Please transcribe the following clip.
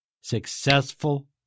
successful